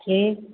जी